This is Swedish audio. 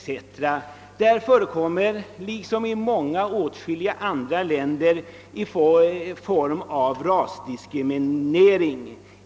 I Etiopien förekommer alltså liksom i många andra länder en form av rasdiskriminering.